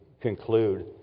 conclude